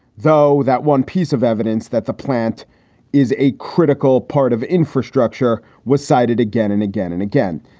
though, that one piece of evidence that the plant is a critical part of infrastructure was cited again and again and again.